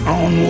on